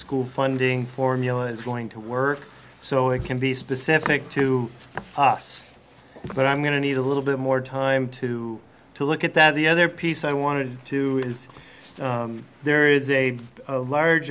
school funding formula is going to work so it can be specific to us but i'm going to need a little bit more time to to look at that the other piece i wanted to is there is a large